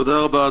תודה רבה,